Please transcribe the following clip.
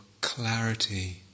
clarity